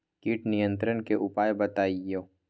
किट नियंत्रण के उपाय बतइयो?